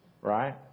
right